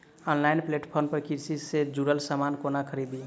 Online platform पर कृषि सँ जुड़ल समान कोना खरीदी?